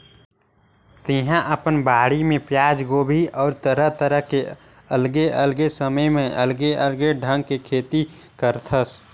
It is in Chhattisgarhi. तेहा अपन बाड़ी म पियाज, गोभी अउ तरह तरह के अलगे अलगे समय म अलगे अलगे ढंग के खेती करथस